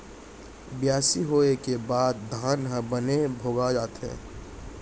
बियासी होय के बाद धान ह बने भोगा जाथे